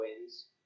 wins